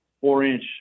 four-inch